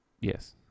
Yes